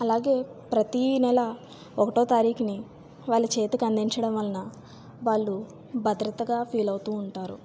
అలాగే ప్రతిల ఒకటవ తారీఖు వాళ్ళ చేతికి అందించడం వలన వాళ్ళు భద్రతగా ఫీల్ అవుతు ఉంటారు